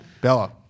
Bella